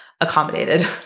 Accommodated